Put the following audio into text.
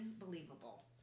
unbelievable